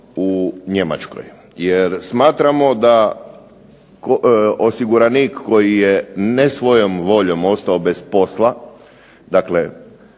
u Njemačkoj jer smatramo da osiguranik koji je ne svojom voljom ostao bez posla, dakle